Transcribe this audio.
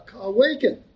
awaken